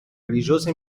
religiosa